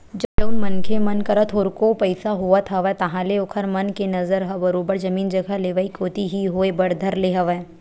जउन मनखे मन करा थोरको पइसा होवत हवय ताहले ओखर मन के नजर ह बरोबर जमीन जघा लेवई कोती ही होय बर धर ले हवय